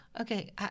okay